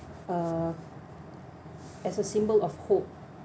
uh as a symbol of hope